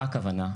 מה הכוונה?